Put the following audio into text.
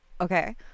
Okay